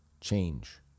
change